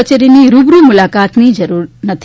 કચેરીની રૂબરૂ મુલાકાતની રૂર નથી